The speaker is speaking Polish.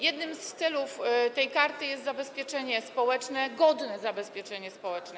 Jednym z celów tej karty jest zabezpieczenie społeczne, godne zabezpieczenie społeczne.